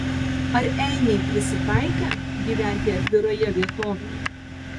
ar einiai prisitaikę gyventi atviroje vietovėje